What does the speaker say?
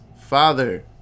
father